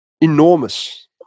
enormous